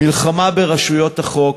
מלחמה ברשויות החוק,